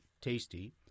tasty